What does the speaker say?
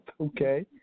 Okay